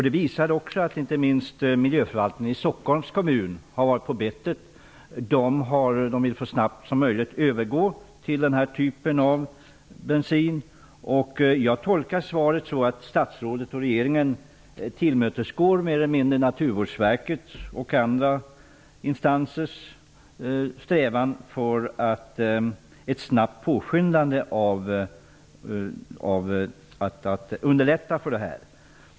Det visar också att inte minst miljöförvaltningen i Stockholms kommun har varit på bettet. De vill så snabbt som möjligt övergå till den här typen av bensin. Jag tolkar svaret så att statsrådet och regeringen mer eller mindre tillmötesgår Naturvårdsverkets, och andra instansers, strävan för ett snabbt påskyndande för att underlätta för detta.